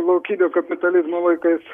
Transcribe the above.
laukinio kapitalizmo laikais